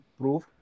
proof